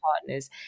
partners